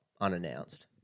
unannounced